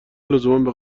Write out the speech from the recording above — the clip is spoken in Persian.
لزوما